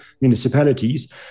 municipalities